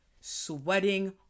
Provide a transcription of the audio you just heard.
sweating